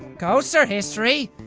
ghosts are history!